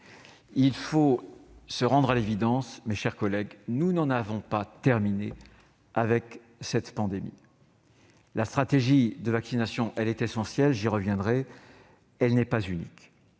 il faut se rendre à l'évidence : nous n'en avons pas terminé avec cette pandémie. La stratégie de vaccination est essentielle, mais elle n'est pas unique.